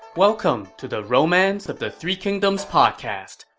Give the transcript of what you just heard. welcome to the romance of the three kingdoms podcast.